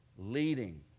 leading